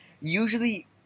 Usually